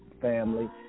family